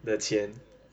的钱